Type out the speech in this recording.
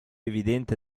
evidente